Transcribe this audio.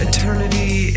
Eternity